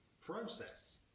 process